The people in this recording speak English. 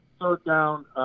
third-down